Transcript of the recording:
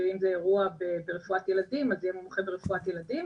ואם זה אירוע ברפואת ילדים אז יהיה מומחה ברפואת ילדים.